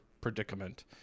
predicament